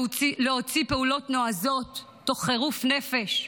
להוציא פעולות נועזות תוך חירוף נפש.